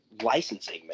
licensing